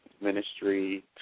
ministry